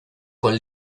con